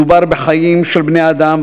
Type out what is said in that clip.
מדובר בחיים של בני-אדם,